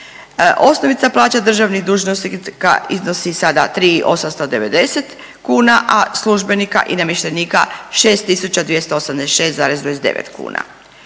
Osnovica plaće državnih dužnosnika iznosi sada 3.890 kuna, a službenika i namještenika 6.286,29 kuna.